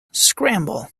scramble